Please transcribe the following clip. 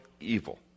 evil